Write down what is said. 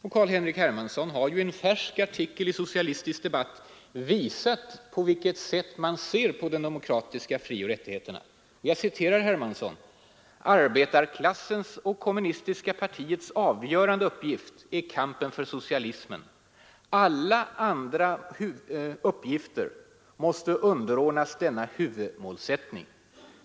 Carl-Henrik Hermansson har ju i en färsk artikel i Socialistisk debatt visat hur man ser på de demokratiska frioch rättigheterna: ”Arbetarklassens och det kommunistiska partiets avgörande uppgift är kampen för socialism. Alla andra uppgifter måste underordnas denna huvudmålsättning.